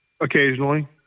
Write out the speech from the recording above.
Occasionally